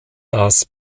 das